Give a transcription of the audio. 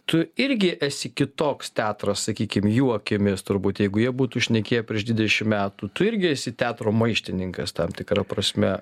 tu irgi esi kitoks teatras sakykim jų akimis turbūt jeigu jie būtų šnekėję prieš dvidešimt metų tu irgi esi teatro maištininkas tam tikra prasme